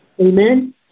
Amen